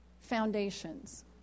foundations